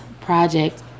project